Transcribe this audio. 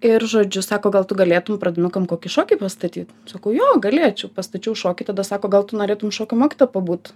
ir žodžiu sako gal tu galėtum pradinukam kokį šokį pastatyt sakau jo galėčiau pastačiau šokį tada sako gal tu norėtum šokių mokytoja pabūt